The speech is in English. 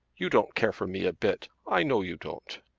you don't care for me a bit. i know you don't.